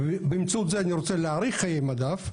ובאמצעות זה אני רוצה להאריך חיי מדף,